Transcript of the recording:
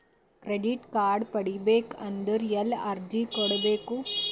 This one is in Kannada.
ಕ್ರೆಡಿಟ್ ಕಾರ್ಡ್ ಪಡಿಬೇಕು ಅಂದ್ರ ಎಲ್ಲಿ ಅರ್ಜಿ ಕೊಡಬೇಕು?